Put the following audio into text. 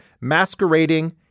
masquerading